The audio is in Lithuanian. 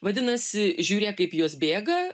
vadinasi žiūrėk kaip jos bėga